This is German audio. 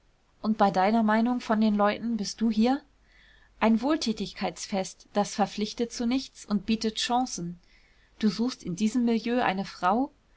und bei deiner meinung von den leuten bist du hier ein wohltätigkeitsfest das verpflichtet zu nichts und bietet chancen du suchst in diesem milieu eine frau